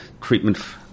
treatment